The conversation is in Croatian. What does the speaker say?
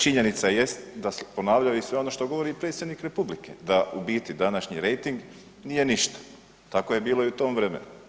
Činjenica jest da su ponavljali sve ono što govori i predsjednik Republike, da u biti današnji rejting nije ništa, tako je bilo i u tom vremenu.